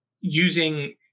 using